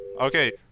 Okay